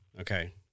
Okay